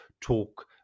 talk